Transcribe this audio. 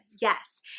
Yes